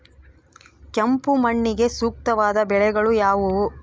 ಕೆಂಪು ಮಣ್ಣಿಗೆ ಸೂಕ್ತವಾದ ಬೆಳೆಗಳು ಯಾವುವು?